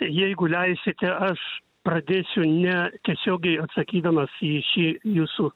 jeigu leisite aš pradėsiu ne tiesiogiai atsakydamas į šį jūsų